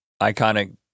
iconic